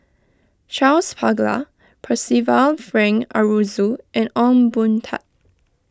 Charles Paglar Percival Frank Aroozoo and Ong Boon Tat